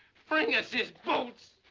bring us his boots!